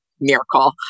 miracle